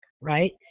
right